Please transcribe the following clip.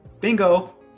Bingo